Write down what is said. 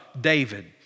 David